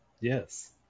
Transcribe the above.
Yes